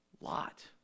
Lot